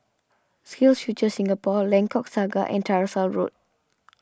SkillsFuture Singapore Lengkok Saga and Tyersall Road